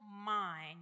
mind